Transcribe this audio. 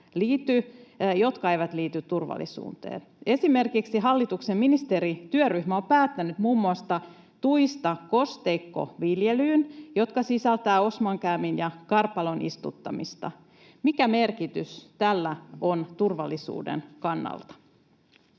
jotka eivät liity turvallisuuteen. Esimerkiksi hallituksen ministerityöryhmä on päättänyt muun muassa tuista kosteikkoviljelyyn, jotka sisältävät osmankäämin ja karpalon istuttamista. Mikä merkitys tällä on turvallisuuden kannalta?